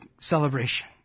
celebration